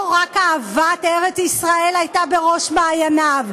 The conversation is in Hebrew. רק אהבת ארץ-ישראל הייתה בראש מעייניו.